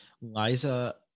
Liza